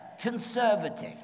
conservative